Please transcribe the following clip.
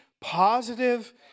positive